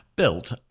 built